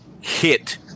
hit